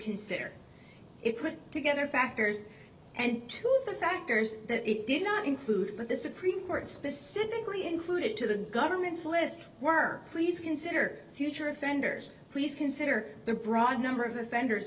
consider it put together factors and to the factors that it did not include but this is a cream court specifically included to the government's list were please consider future offenders please consider the broad number of offenders